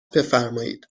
بفرمایید